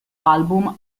album